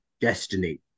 destiny